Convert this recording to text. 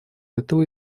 этого